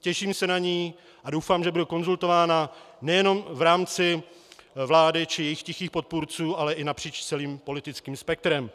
Těším se na ni a doufám, že bude konzultována nejenom v rámci vlády či jejích tichých odpůrců, ale i napříč celým politickým spektrem.